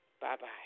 Bye-bye